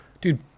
dude